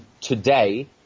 today